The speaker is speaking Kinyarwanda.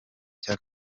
cya